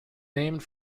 named